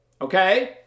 okay